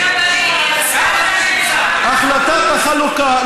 החלטת החלוקה,